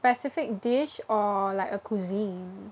specific dish or like a cuisine